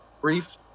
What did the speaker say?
Brief